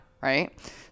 Right